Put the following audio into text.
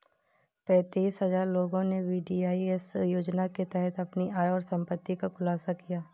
पेंतीस हजार लोगों ने वी.डी.आई.एस योजना के तहत अपनी आय और संपत्ति का खुलासा किया